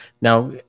Now